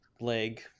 leg